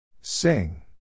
Sing